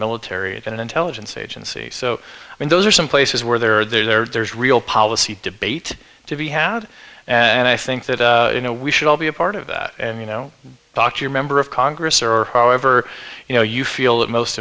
military and intelligence agencies so i mean those are some places where there are there's real policy debate to be had and i think that you know we should all be a part of that and you know talk to your member of congress or however you know you feel that most